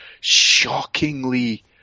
shockingly